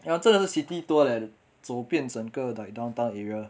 ya 真的是 city tour leh 走遍整个 like downtown area